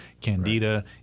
candida